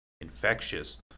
infectious